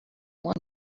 one